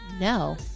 No